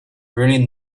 really